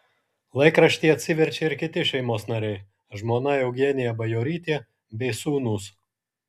laikraštį atsiverčia ir kiti šeimos nariai žmona eugenija bajorytė bei sūnūs